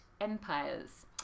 empires